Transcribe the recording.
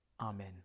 Amen